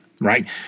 right